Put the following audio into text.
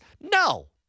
No